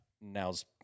now's